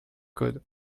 code